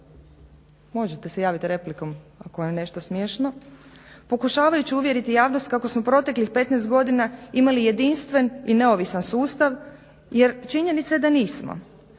možete se javiti replikom ako vam je nešto smiješno, pokušavajući uvjeriti javnost kako smo proteklih 15 godina imali jedinstven i neovisan sustav jer činjenica je da nismo.